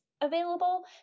available